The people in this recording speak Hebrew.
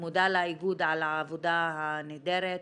אני מודה לאיגוד על העבודה הנהדרת,